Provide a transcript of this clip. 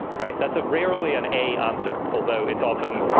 right. that's ah rarely an a answer, although it's often